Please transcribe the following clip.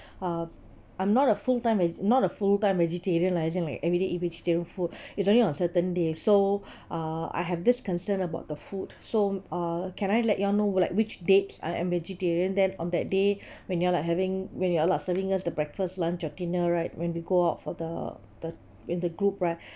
uh I'm not a full time is not a full time vegetarian like as in like everyday eat vegetarian food is only on certain days so ah I have this concern about the food so ah can I let you all know would like which dates I am vegetarian then on that day when you all like having when you all are serving us the breakfast lunch or dinner right when we go out for the the in the group right